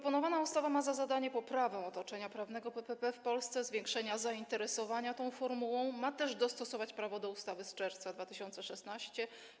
Proponowana ustawa ma za zadanie poprawę otoczenia prawnego PPP w Polsce, zwiększenia zainteresowania tą formułą, ma też dostosować prawo do ustawy z czerwca 2016 r.